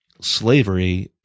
slavery